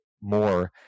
more